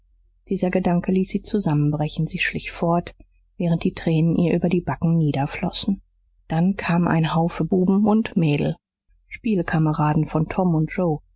dieser gedanke ließ sie zusammenbrechen sie schlich fort während die tränen ihr über die backen niederflossen dann kam ein haufe buben und mädel spielkameraden von tom und joe